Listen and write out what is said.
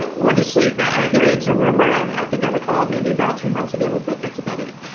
what is sleep? but i hear it's a rumor! i think i recall it maybe about three months ago, but that's about it!